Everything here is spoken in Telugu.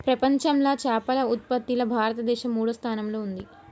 ప్రపంచంలా చేపల ఉత్పత్తిలా భారతదేశం మూడో స్థానంలా ఉంది